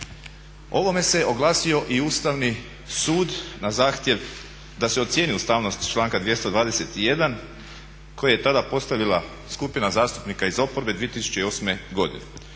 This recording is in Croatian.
ovome se oglasio i Ustavni sud na zahtjev da se ocjeni ustavnost članka 221. koji je tada postavila skupina zastupnika iz oporbe 2008. godine.